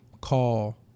call